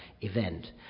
event